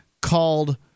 called